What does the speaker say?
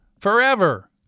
forever